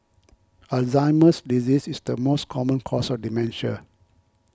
Alzheimer's disease is the most common cause of dementia